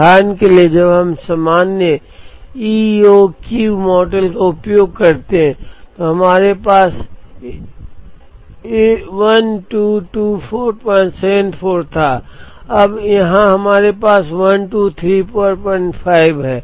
उदाहरण के लिए जब हम सामान्य E O Q मॉडल का उपयोग करते हैं तो हमारे पास 122474 था यहाँ हमारे पास 12345 है